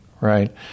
Right